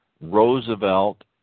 Roosevelt